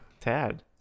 Tad